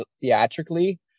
theatrically